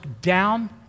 down